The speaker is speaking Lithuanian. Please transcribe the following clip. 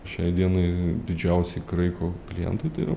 šiai dienai didžiausi kraiko klientai tai yra